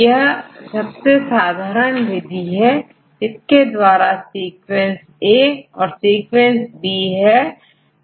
यह सबसे साधारण विधि है यदि हमारे पास सीक्वेंसA है और सीक्वेंस B है